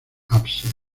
ábside